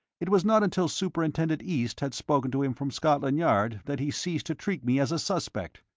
it was not until superintendent east had spoken to him from scotland yard that he ceased to treat me as a suspect.